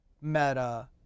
Meta